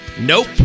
nope